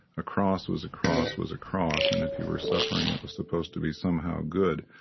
a cross was a cross was a cross, and if you were suffering, it was supposed to be somehow good.